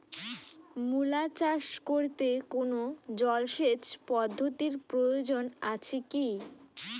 মূলা চাষ করতে কোনো জলসেচ পদ্ধতির প্রয়োজন আছে কী?